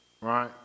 right